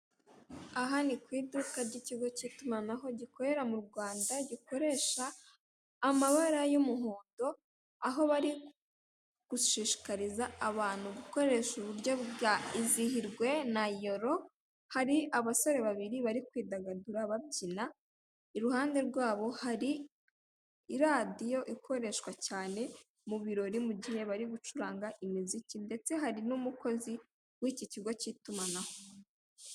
Aha ni ku iduka ry'ikigo cy'itumanaho gikorera mu Rwanda, gikoresha amabara y'umuhondo, aho bari gushishikariza abantu gukoresha uburyo bwa Izihirwe na Yoro, hari abasore babiri bari kwidagadura, babyina, iruhande rwabo hari iradiyo ikoreshwa cyane mu birori mu gihe bari gucuranga imiziki ndetse hari n'umukozi w'iki kigo cy'itumanaho.